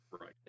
right